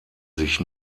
sich